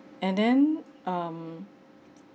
and then um